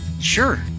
sure